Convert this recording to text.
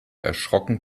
erschrocken